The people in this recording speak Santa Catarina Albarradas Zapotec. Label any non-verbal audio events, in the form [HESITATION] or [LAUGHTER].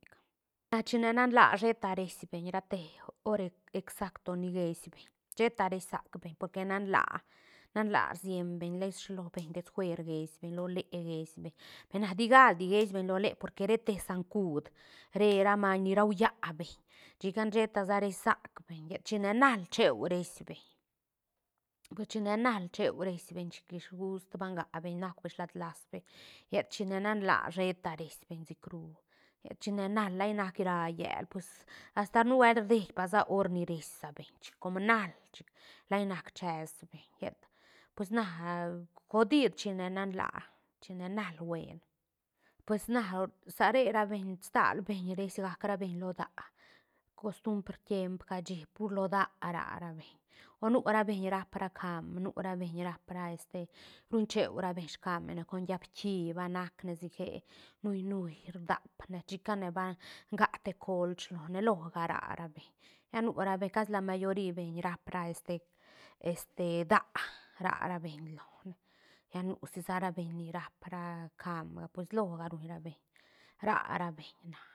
Na china nan laa sheta reís beñ rate horec exacto ni geeís beñ sheta reís sac beñ porque nan laa nan laa rciem beñ laisa shilo beñ des fuer geeís beñ lo leë geís beñ na digaldi geeís beñ lo leë porque re te sancuud re ra maiñ ni raulla beñ chica sheta sa reís sac beñ llet china nal cheu reís beñ pues chine nal cheu reís beñ chic ish gust ba ngac beñ nauk beñ slatlas beñ llet chine nan laa sheta reís beñ sicru llet chine nal lai nac rä yël pues asta nu buelt rdie pa sa hor ni reís sa beñ chic com nal chic lai nac ches beiñ llet pues na [HESITATION] goodid chine nan laa chine nal buen pues na sa re ra beñ stal beñ reís gac ra beñ lo daä costumbr tiemp cashi pur lo daä rara beñ o nura beñ rapra caam nura beñ rapra este ruñ cheura beñ scaamne con llaä pkí ba nacne sique nui nui rdapne chicane ba ngac te coolch lone loga ra rabeñ lla nu rabeñ casi la mayori beñ raa pra este este daä ra rabeñ lone lla nu si sa ra beñ ni raapra caamga pues loga ruñ rabeñ ra rabeñ na.